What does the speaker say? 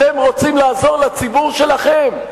אתם רוצים לעזור לציבור שלכם?